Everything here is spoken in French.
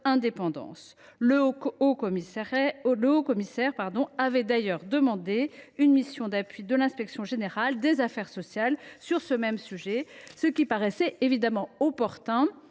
Le haut commissaire avait d’ailleurs demandé une mission d’appui de l’inspection générale des affaires sociales (Igas) sur ce même sujet, ce qui paraissait évidemment opportun